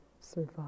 survive